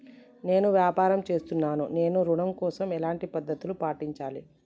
నేను వ్యాపారం చేస్తున్నాను నేను ఋణం కోసం ఎలాంటి పద్దతులు పాటించాలి?